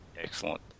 Excellent